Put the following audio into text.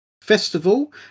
Festival